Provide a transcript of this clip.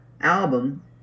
album